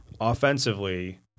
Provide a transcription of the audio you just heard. offensively